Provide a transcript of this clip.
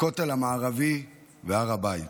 הכותל המערבי והר הבית,